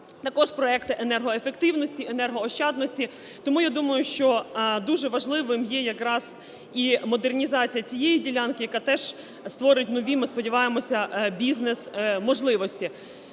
Також проекти енергоефективності, енергоощадності. Тому, я думаю, що дуже важливим є якраз і модернізація цієї ділянки, яка теж створить нові, ми сподіваємося, бізнес-можливості.